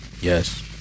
Yes